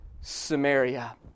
Samaria